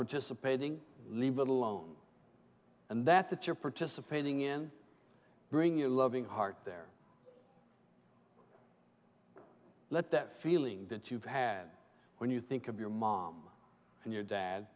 participating leave it alone and that that you're participating in bring your loving heart there let that feeling that you've had when you think of your mom and your dad